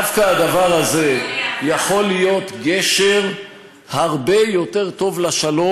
דווקא הדבר הזה יכול להיות גשר לשלום הרבה יותר מכל,